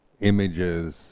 images